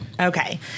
Okay